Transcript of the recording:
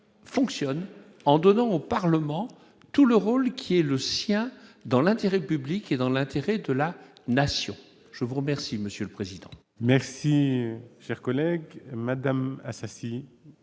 fonctionne en donnant au Parlement tout le rôle qui est le sien dans l'intérêt public et dans l'intérêt de la nation, je vous remercie, Monsieur le Président. Merci, cher collègue Madame Assassi